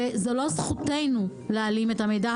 וזו לא זכותנו להעלים את המידע.